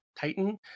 titan